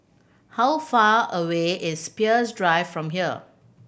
how far away is Peirce Drive from here